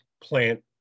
plant